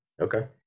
Okay